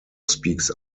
speaks